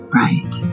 right